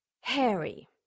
Harry